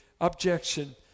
Objection